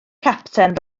capten